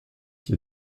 qui